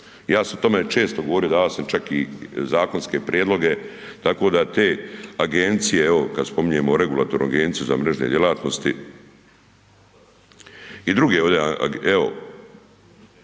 sam o tome često govorio, davao sam čak i zakonske prijedloge tako da te agencije, evo kada spominjemo regulatornu Agenciju za mrežne djelatnosti i druge ove,